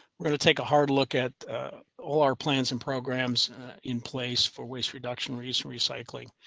we're going to take a hard look at all our plans and programs in place for waste reduction, reduce recycling,